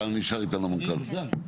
אתה נשאר איתנו כאן.